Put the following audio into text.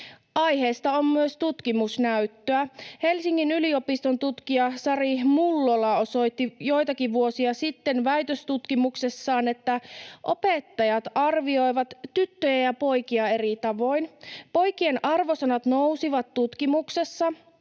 Aiheesta on myös tutkimusnäyttöä. Helsingin yliopiston tutkija Sari Mullola osoitti joitakin vuosia sitten väitöstutkimuksessaan, että opettajat arvioivat tyttöjä ja poikia eri tavoin. Poikien arvosanat nousivat tutkimuksessa,